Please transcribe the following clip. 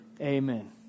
Amen